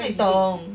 哪里懂